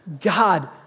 God